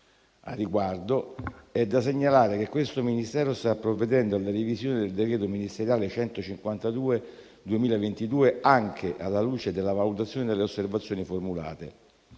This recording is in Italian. Al riguardo è da segnalare che questo Ministero sta provvedendo alla revisione del decreto ministeriale n. 152 del 2022 anche alla luce della valutazione delle osservazioni formulate.